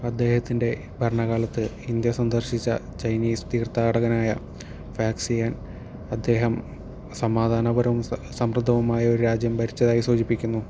അദ്ദേഹത്തിൻറെ ഭരണകാലത്ത് ഇന്ത്യ സന്ദർശിച്ച ചൈനീസ് തീർത്ഥാടകനായ ഫാക്സിയൻ അദ്ദേഹം സമാധാനപരവും സമൃദ്ധവുമായ ഒരു രാജ്യം ഭരിച്ചതായി സൂചിപ്പിക്കുന്നു